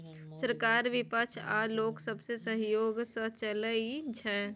सरकार बिपक्ष आ लोक सबके सहजोग सँ चलइ छै